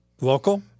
Local